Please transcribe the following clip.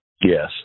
Yes